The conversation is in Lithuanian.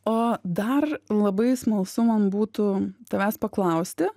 o dar labai smalsu man būtų tavęs paklausti